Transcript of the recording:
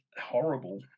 horrible